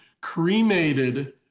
cremated